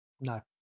no